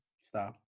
stop